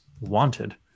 wanted